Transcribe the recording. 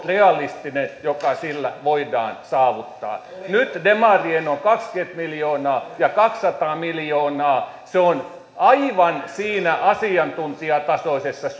realistinen tavoitetaso joka sillä voidaan saavuttaa nyt demarien on kaksikymmentä miljoonaa ja kaksisataa miljoonaa se on aivan siinä asiantuntijatasoisessa